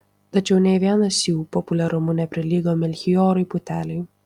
tačiau nė vienas jų populiarumu neprilygo melchijorui putelei